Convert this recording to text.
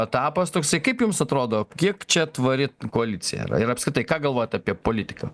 etapas toksai kaip jums atrodo kiek čia tvari koalicija ir apskritai ką galvot apie politiką